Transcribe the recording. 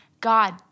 God